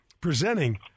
presenting